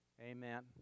Amen